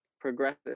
progressive